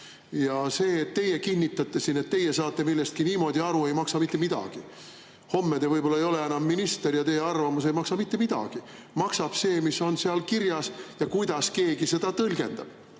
on. See, et teie kinnitate siin, et teie saate millestki niimoodi aru, ei maksa mitte midagi. Homme te võib-olla ei ole enam minister ja teie arvamus ei maksa mitte midagi. Maksab see, mis on seal kirjas ja kuidas keegi seda tõlgendab.